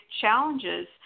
challenges